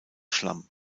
schlamm